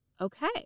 Okay